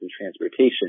transportation